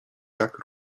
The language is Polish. tak